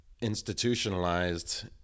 institutionalized